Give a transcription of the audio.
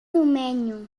domenyo